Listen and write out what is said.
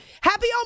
happy